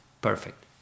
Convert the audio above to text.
perfect